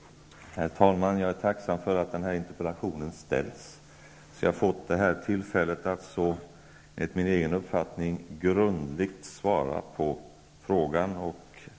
Tack så mycket!